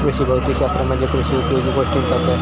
कृषी भौतिक शास्त्र म्हणजे कृषी उपयोगी गोष्टींचों अभ्यास